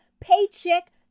paycheck